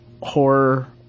horror